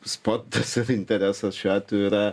sportas ir interesas šiuo atveju yra